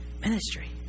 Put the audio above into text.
ministry